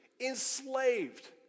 enslaved